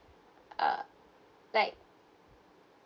uh like